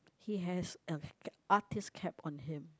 he has a artist cap on him